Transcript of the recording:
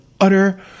utter